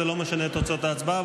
זה לא משנה את תוצאות ההצבעה,